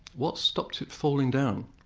what stops it falling down?